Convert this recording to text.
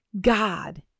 God